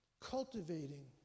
cultivating